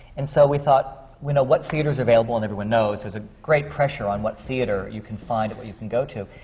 and so, we thought, you know, what theatres are available? and everyone knows, there's a great pressure on what theatre you can find where you can go to.